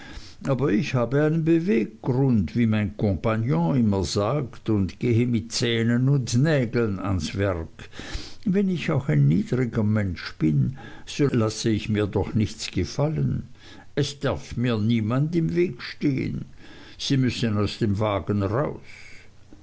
aber ich habe einen beweggrund wie mein kompagnon immer sagt und gehe mit zähnen und nägeln ans werk wenn ich auch ein niedriger mensch bin so lasse ich mir doch nichts gefallen es darf mir niemand im weg stehen sie müssen aus dem wagen raus